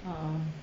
ah ah